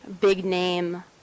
big-name